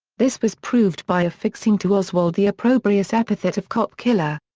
this was proved by affixing to oswald the opprobrious epithet of cop-killer.